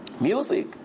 Music